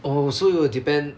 oh so you depend